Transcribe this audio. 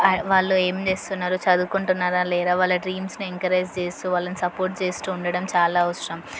వాళ్ళు ఏమి చేస్తున్నారు చదువుకుంటున్నారా లేదా వాళ్ళ డ్రీమ్స్ని ఎంకరేజ్ చేస్తూ వాళ్ళని సపోర్ట్ చేస్తూ ఉండడం చాలా అవసరం